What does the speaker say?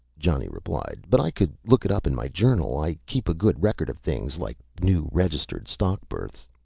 johnny replied, but i could look it up in my journal. i keep a good record of things like new registered stock births.